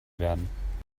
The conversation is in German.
werden